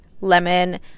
lemon